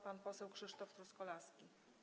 Pan poseł Krzysztof Truskolaski.